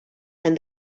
and